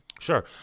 Sure